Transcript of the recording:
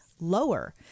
lower